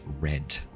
red